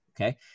okay